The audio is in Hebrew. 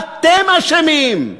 אתם אשמים.